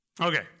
Okay